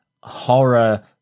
horror